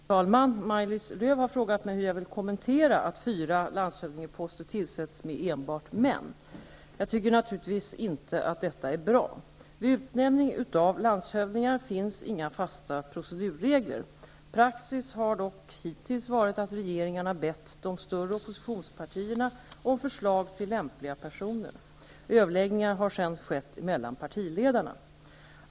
Herr talman! Maj-Lis Lööw har frågat mig hur jag vill kommentera att fyra landshövdingeposter tillsätts med enbart män. Jag tycker naturligtvis inte att detta är bra. Vid utnämning av landshövdingar finns inga fasta procedurregler. Praxis har dock hittills varit att regeringarna bett de större oppositionspartierna om förslag till lämpliga personer. Överläggningar har sedan skett mellan partierna.